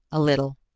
a little,